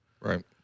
Right